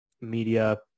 media